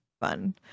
fun